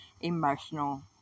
emotional